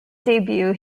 debut